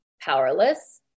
powerless